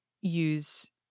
use